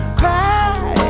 cry